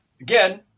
again